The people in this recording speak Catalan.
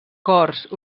cors